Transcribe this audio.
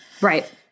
Right